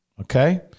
okay